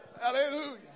Hallelujah